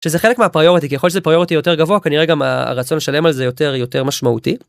שזה חלק מהפריורטי כי יכול זה פריורטי יותר גבוה כנראה גם הרצון שלם על זה יותר יותר משמעותי.